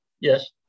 Yes